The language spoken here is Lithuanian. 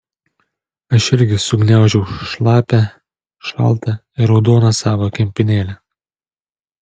aš irgi sugniaužiau šlapią šaltą ir raudoną savo kempinėlę